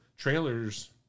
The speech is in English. trailers